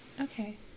Okay